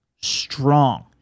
strong